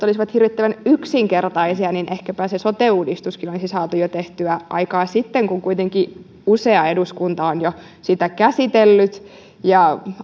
olisivat hirvittävän yksinkertaisia niin ehkäpä se sote uudistuskin olisi saatu tehtyä jo aikaa sitten kun kuitenkin jo usea eduskunta on sitä käsitellyt ja